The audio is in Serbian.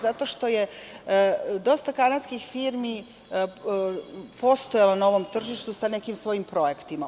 Zato što je dosta kanadskih firmi postojalo na ovom tržištu sa nekim svojim projektima.